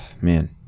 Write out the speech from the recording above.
man